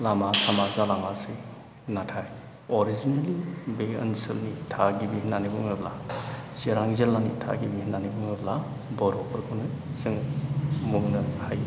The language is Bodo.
लामा सामा जालाङासै नाथाय अरिजिनेलि बे ओनसोलनि थागिबि होननानै बुङोब्ला चिरां जिल्लानि थागिबि होननानै बुङोब्ला बर'फोरखौनो जोङो बुंनो हायो